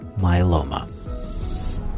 myeloma